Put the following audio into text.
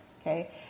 Okay